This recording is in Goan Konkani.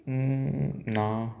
ना